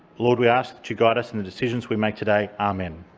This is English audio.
lord, we ask that you guide us in the decisions we make today. amen.